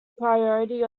priory